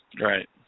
Right